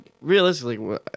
realistically